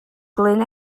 glyn